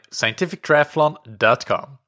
scientifictriathlon.com